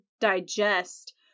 digest